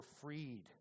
freed